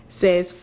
says